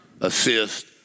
assist